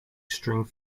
string